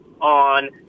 on